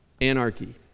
anarchy